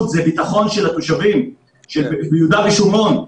וזה ביטחון של התושבים שביהודה ושומרון,